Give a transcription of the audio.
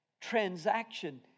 transaction